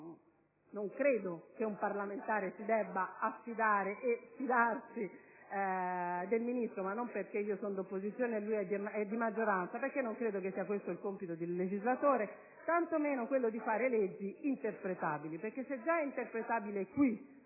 se non credo che un parlamentare si debba affidare e fidare di un Ministro, ma non perché io sono dell'opposizione e lui è della maggioranza, ma solo perché non credo sia questo il compito del legislatore, né tanto meno quello di fare leggi interpretabili; infatti, se il testo già è interpretabile qui,